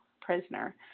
prisoner